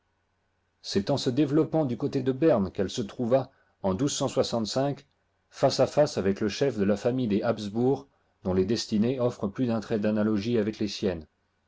c'est en se développant du côte de berne qu'elle se trouva en face à face avec le chef de la famille des habsbourg dont les destinées offrent plus d'un trait d'analogie avec les siennes